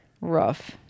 rough